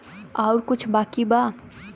और कुछ बाकी बा?